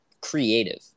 creative